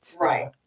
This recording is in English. right